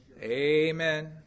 Amen